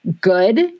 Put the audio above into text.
good